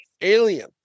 alien